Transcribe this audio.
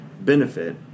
benefit